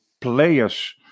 players